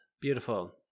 Beautiful